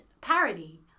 parody